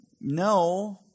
No